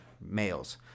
males